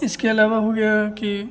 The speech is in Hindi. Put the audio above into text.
इसके अलावा हो गया कि